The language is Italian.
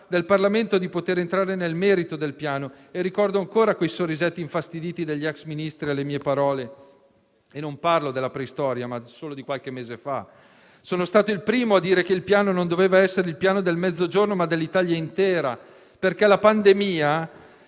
del Parlamento di entrare nel merito del Piano. E ricordo ancora quei sorrisetti infastiditi degli ex Ministri alle mie parole e parlo non della preistoria, ma solo di qualche mese fa. Sono stato il primo a dire che il Piano doveva essere centrato non sul Mezzogiorno, ma sull'Italia intera, perché la pandemia